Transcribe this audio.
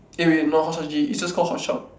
eh wait not hotshotgg is just call hotshot